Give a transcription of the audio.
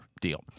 deal